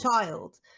child